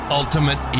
ultimate